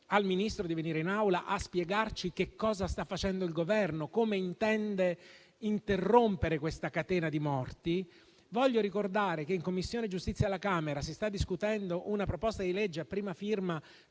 al Ministro di venire in Aula a spiegarci che cosa sta facendo il Governo e come intende interrompere la catena di morti. Voglio ricordare che in Commissione giustizia alla Camera si sta discutendo una proposta di legge a prima firma